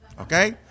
Okay